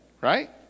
right